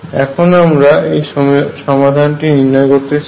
এখন আমরা এই সমাধানটি নির্ণয় করতে চাই